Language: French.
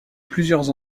plusieurs